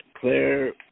Claire